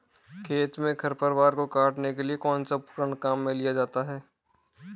खेत में खरपतवार को काटने के लिए कौनसा उपकरण काम में लिया जाता है?